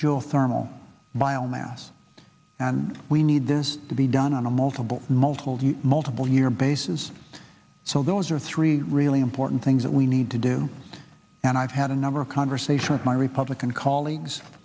biomass and we need this to be done on a multiple multiple multiple year basis so those are three really important things that we need to do and i've had a number of conversation with my republican colleagues